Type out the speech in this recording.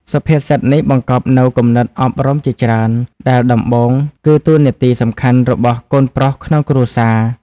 សុភាសិតនេះបង្កប់នូវគំនិតអប់រំជាច្រើន ដែលដំបូងគឺតួនាទីសំខាន់របស់កូនប្រុសក្នុងគ្រួសារ។